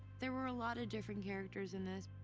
there were a lot of different characters in this,